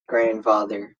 grandfather